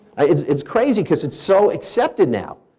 ah it's it's crazy because it's so accepted now.